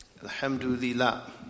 Alhamdulillah